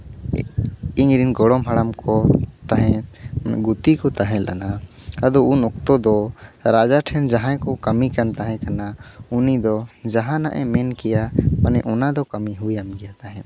ᱤᱧ ᱨᱮᱱ ᱜᱚᱲᱚᱢ ᱦᱟᱲᱟᱢ ᱠᱚ ᱜᱩᱛᱤ ᱠᱚ ᱛᱟᱦᱮᱸ ᱞᱮᱱᱟ ᱟᱫᱚ ᱩᱱ ᱚᱠᱛᱚ ᱫᱚ ᱨᱟᱡᱟ ᱴᱷᱮᱱ ᱡᱟᱦᱟᱸᱭ ᱠᱚ ᱠᱟᱹᱢᱤ ᱠᱟᱱ ᱛᱟᱦᱮᱸ ᱠᱟᱱᱟ ᱩᱱᱤ ᱫᱚ ᱡᱟᱦᱟᱱᱟᱜ ᱮ ᱢᱮᱱ ᱠᱮᱭᱟ ᱢᱟᱱᱮ ᱚᱱᱟᱫᱚ ᱠᱟᱹᱢᱤ ᱦᱩᱭᱟᱢ ᱜᱮᱭᱟ ᱛᱟᱦᱮᱸᱫ